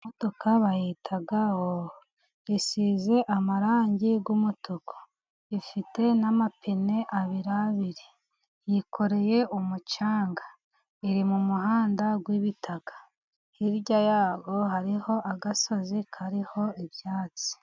Iyi modoka bayita Hoho ,isize amarangi y'umutuku ifite n'amapine abiri abiri ,yikoreye umucanga iri mu muhanda w'ibitaka hirya y'aho hariho agasozi kariho ibyatsi.